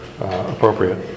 appropriate